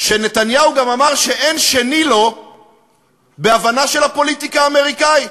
שנתניהו גם אמר שאין שני לו בהבנה של הפוליטיקה האמריקנית.